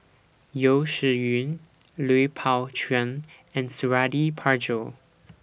Yeo Shih Yun Lui Pao Chuen and Suradi Parjo